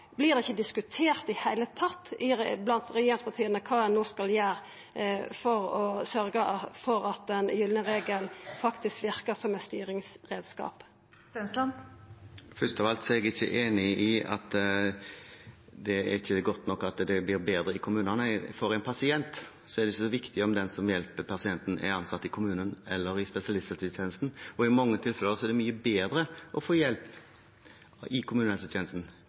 det ikkje diskutert i det heile tatt blant regjeringspartia kva ein no skal gjera for å sørgja for at den gylne regelen faktisk verkar som ein styringsreiskap? Først av alt er jeg ikke enig i at det ikke er godt nok at det blir bedre i kommunene. For en pasient er det ikke så viktig om den som hjelper pasienten, er ansatt i kommunen eller i spesialisthelsetjenesten, og i mange tilfeller er det mye bedre å få hjelp i kommunehelsetjenesten,